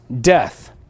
death